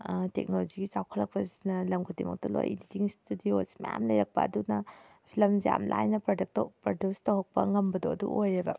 ꯇꯦꯛꯅꯣꯂꯣꯖꯤꯒꯤ ꯆꯥꯎꯈꯠꯂꯛꯄꯁꯤꯅ ꯂꯝ ꯈꯨꯗꯤꯡꯃꯛꯇ ꯂꯣꯏ ꯏꯗꯤꯇꯤꯡ ꯏꯁꯇꯨꯗꯤꯑꯣ ꯑꯁꯤ ꯃꯌꯥꯝ ꯂꯩꯔꯛꯄ ꯑꯗꯨꯅ ꯐꯤꯂꯝꯁꯦ ꯌꯥꯝ ꯂꯥꯏꯅ ꯄ꯭ꯔꯣꯗꯛ ꯄꯔꯗꯨꯁ ꯇꯧꯔꯛꯄ ꯉꯝꯕꯗꯣ ꯑꯗꯨ ꯑꯣꯏꯌꯦꯕ